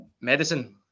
Medicine